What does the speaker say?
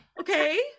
okay